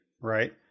right